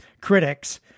critics